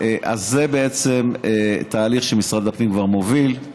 אז זה בעצם תהליך שמשרד הפנים כבר מוביל,